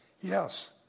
yes